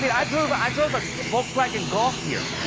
mean, i drove i drove a volkswagen golf here.